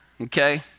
okay